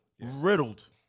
Riddled